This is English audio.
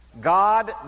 God